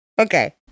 Okay